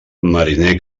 mariner